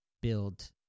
build